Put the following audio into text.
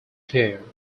clear